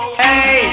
hey